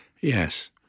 Yes